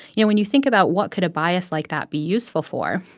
you know, when you think about what could a bias like that be useful for,